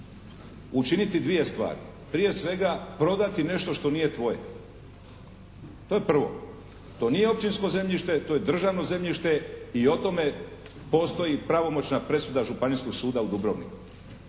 učiniti dvije stvari. Prije svega prodati nešto što nije tvoje. To je prvo. To nije općinsko zemljište, to je državno zemljište i o tome postoji pravomoćna presuda Županijskog suda u Dubrovniku.